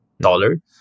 dollar